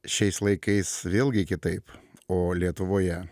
šiais laikais vėlgi kitaip o lietuvoje